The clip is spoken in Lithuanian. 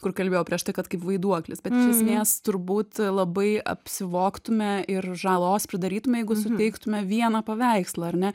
kur kalbėjau prieš tai kad kaip vaiduoklis bet iš esmės turbūt labai apsivogtume ir žalos pridarytume jeigu suteiktume vieną paveikslą ar ne